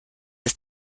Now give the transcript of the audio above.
ist